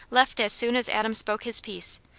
left as soon as adam spoke his piece,